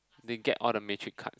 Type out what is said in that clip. they get all the metric card